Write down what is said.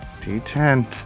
D10